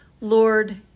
Lord